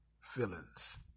feelings